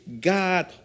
God